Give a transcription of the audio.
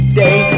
day